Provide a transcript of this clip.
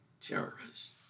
terrorists